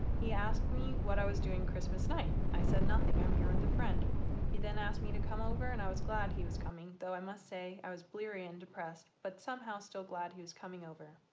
he asked me what i was doing christmas night i said nothing i'm here with a friend he then asked me to come over and i was glad he was coming i must say i was bleary and depressed but somehow still glad he was coming over.